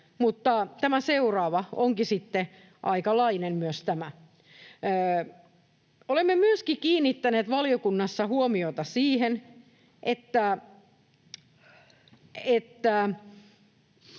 myös tämä seuraava onkin sitten aikalainen: Olemme kiinnittäneet valiokunnassa huomiota myöskin siihen, että